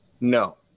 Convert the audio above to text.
no